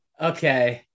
Okay